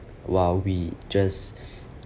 while we just